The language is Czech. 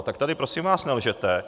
Tak tady prosím vás nelžete.